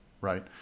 right